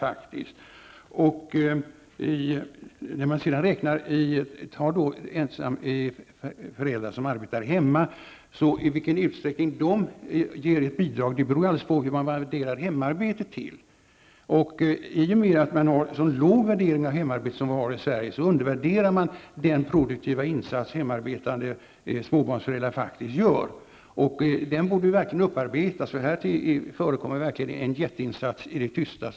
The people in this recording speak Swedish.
I vilken utsträckning föräldrar som arbetar hemma bidrar beror alldeles på vad man värderar hemarbetet till. I och med en så låg värdering av hemarbetet som vi har i Sverige undervärderas den produktiva insats som hemarbetande småbarnsföräldrar faktiskt gör. Den insatsen borde verkligen uppvärderas. Jag vill hävda att det här förekommer en jätteinsats i det tysta.